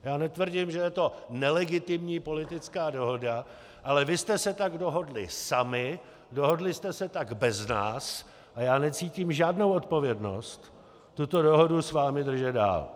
Já netvrdím, že je to nelegitimní politická dohoda, ale vy jste se tak dohodli sami, dohodli jste se tak bez nás a já necítím žádnou odpovědnost tuto dohodu s vámi držet dál.